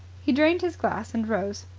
he drained his glass and rose.